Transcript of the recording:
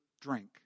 drink